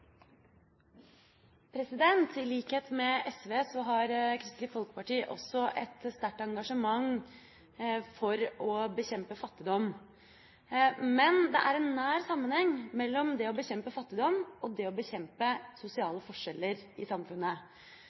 I likhet med SV har Kristelig Folkeparti også et sterkt engasjement for å bekjempe fattigdom. Men det er en nær sammenheng mellom det å bekjempe fattigdom og det å bekjempe sosiale forskjeller i samfunnet.